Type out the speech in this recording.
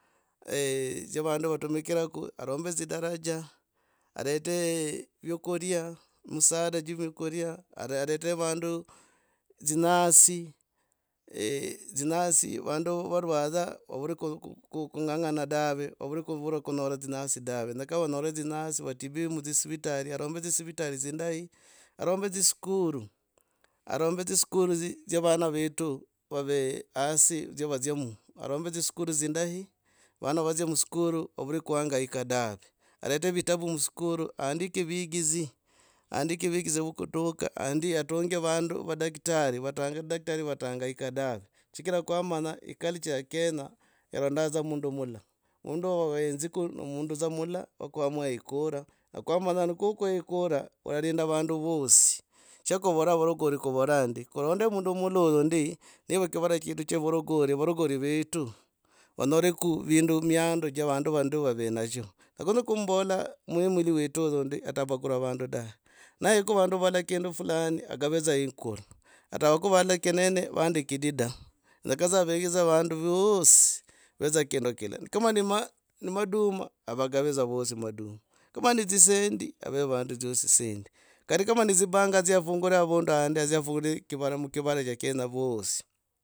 dzya vandu vatumiriako. arombe dzidaraja. Aret vyakuria. msaada cha vyakurya. aret vandu dzinyasi. eehdzinyasi. Vandu varwaza vavuri ku kungangana dave. vavuri kuvura kunyara dzinyasi dave. Kenyaka vanyore dzinyasi vatibiwe mutsivitali arombe tsisivitali dzindahi. arombe dziskuru. Arombe dzisku dziskuru dzya vana vetu vave hasi dzya vadzemo. Arombe dziskuru dzindahi vana vadzia muskuru vavure kuhangaika dave. Arete vitabu muskuru. aandike vegizi. aandike vegizi vo kutuga atunge vandu vadaktari. Vadaktari vatahangaika dave chigira kwamanya culture ya kenya eronda dza mula wa kwamwa ekura ne kwamanya dza ni kwakwa ekura olalinda vandu vosi. Sha kuvora varogori kuvola ndi. kulonde mundum ula oyu ndi ni va kivara chetu cha vandu vandi vave nacho. nekunyi kumbola mwmili wetu. Wetu ndi atabagura vandu da naheku vandu valala kindu fulani agave dza equal atavakwa vandi kinene vandi kidi da yenyaka yegi vandu vosi vave kindu kilala. Kama ni ma maduma avagave dza vosi maduma kama ni dzisendi ave vandu vosi dzisendi kari kamani dzibanka dzatunguza avundu aha ndi adzi afungure kivara mukivara che kenya uosi.